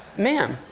ma'am,